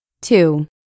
Two